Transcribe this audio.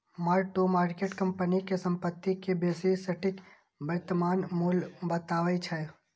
mark to market company के संपत्ति के बेसी सटीक वर्तमान मूल्य बतबै छै